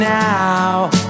now